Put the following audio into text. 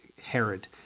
Herod